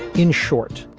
in short,